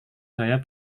saya